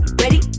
Ready